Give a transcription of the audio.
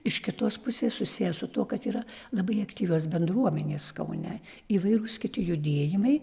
iš kitos pusės susiję su tuo kad yra labai aktyvios bendruomenės kaune įvairūs kiti judėjimai